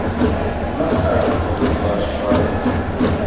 užmesk akį koks dabar ščiotas